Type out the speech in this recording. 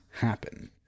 happen